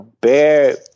Bear